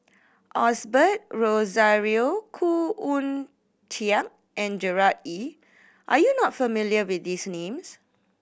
Osbert Rozario Khoo Oon Teik and Gerard Ee Are you not familiar with these names